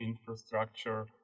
infrastructure